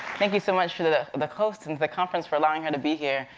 thank you so much to the the host, and to the conference for allowing her to be here.